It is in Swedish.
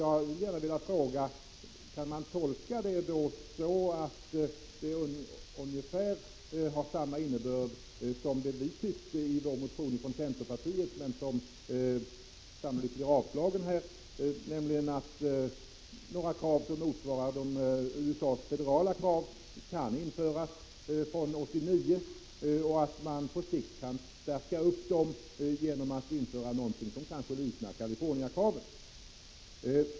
Jag vill gärna fråga: Kan det tolkas så att resultatet kan bli ungefär det som vi från centerpartiet kräver i vår motion, som dock sannolikt blir avslagen, nämligen att krav motsvarande de federala kraven i USA kan införas från 1989 och att man på sikt kan införa något liknande Kalifornienkraven?